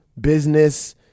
business